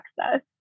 access